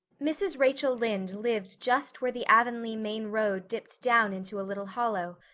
mrs. rachel lynde lived just where the avonlea main road dipped down into a little hollow,